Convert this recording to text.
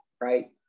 right